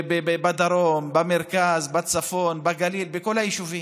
בדרום, במרכז, בצפון, בגליל, בכל היישובים.